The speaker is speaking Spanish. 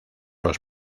los